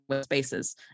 spaces